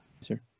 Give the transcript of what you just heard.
sir